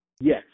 Yes